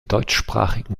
deutschsprachigen